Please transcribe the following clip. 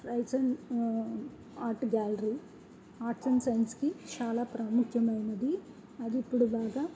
rice and art gallery arts and సైన్స్కి చాలా ప్రాముఖ్యమైనది అది ఇప్పుడు బాగా